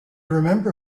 remember